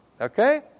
Okay